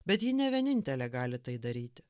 bet ji ne vienintelė gali tai daryti